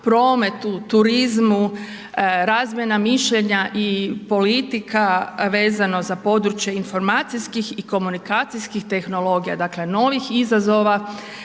prometu, turizmu, razvoja mišljenja i politika vezano za područje informacijskih i komunikacijskih tehnologija, dakle novih izazova,